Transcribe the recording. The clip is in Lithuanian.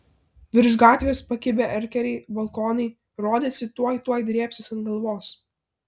virš gatvės pakibę erkeriai balkonai rodėsi tuoj tuoj drėbsis ant galvos